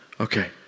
Okay